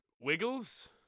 Wiggles